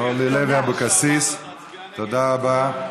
את מצביעה, תודה רבה,